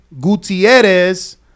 Gutierrez